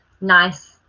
nice